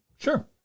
Sure